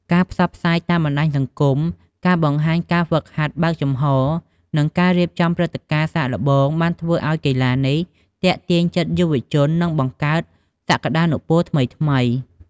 ការផ្សព្វផ្សាយតាមបណ្តាញសង្គម ការបង្ហាញការហ្វឹកហាត់បើកចំហ និងការរៀបចំព្រឹត្តិការណ៍សាកល្បងបានធ្វើឲ្យកីឡានេះទាក់ទាញចិត្តយុវជននិងបង្កើតសក្តានុពលថ្មីៗ។